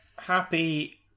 Happy